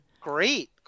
Great